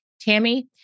Tammy